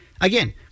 Again